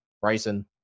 Bryson